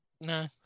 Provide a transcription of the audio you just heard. No